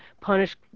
punish